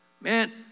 Man